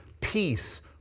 peace